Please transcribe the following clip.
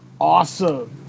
Awesome